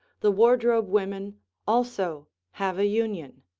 the wardrobe women also have a union.